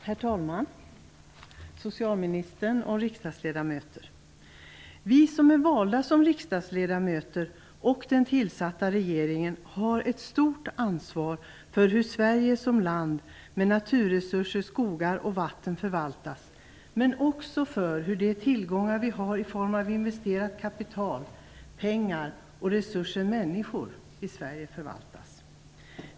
Herr talman, socialministern, riksdagsledamöter! Vi som är valda till riksdagsledamöter och den tillsatta regeringen har ett stort ansvar för hur Sverige som land med naturresurser, skogar och vatten förvaltas men också för hur de tillgångar vi har i form av investerat kapital, pengar och resursen människor i Sverige förvaltas.